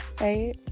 Right